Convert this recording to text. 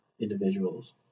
individuals